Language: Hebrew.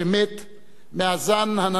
מהזן הנדיר והמחוספס,